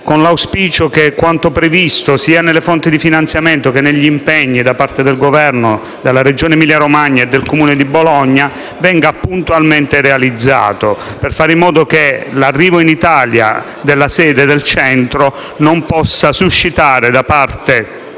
con l'auspicio che quanto previsto sia nelle fonti di finanziamento che negli impegni da parte del Governo, della Regione Emilia-Romagna e del Comune di Bologna venga puntualmente realizzato per fare in modo che l'arrivo in Italia della sede del Centro non possa suscitare né da parte